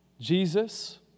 Jesus